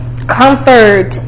comfort